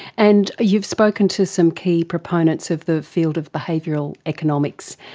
and you've spoken to some key proponents of the field of behavioural economics,